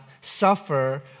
suffer